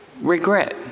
regret